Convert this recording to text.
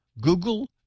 Google